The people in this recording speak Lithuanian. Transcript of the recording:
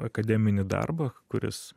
akademinį darbą kuris